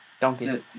donkeys